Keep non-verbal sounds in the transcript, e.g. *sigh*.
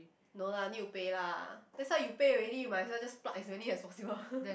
no lah need to pay lah that's are you pay already you might as well just pluck as many as possible *laughs*